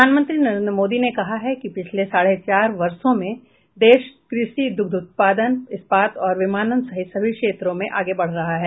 प्रधानमंत्री नरेन्द्र मोदी ने कहा है कि पिछले साढ़े चार वर्षो में देश कृषि दुग्ध उत्पादन इस्पात और विमानन सहित सभी क्षेत्रों में आगे बढ़ रहा है